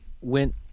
went